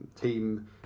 team